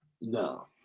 No